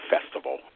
Festival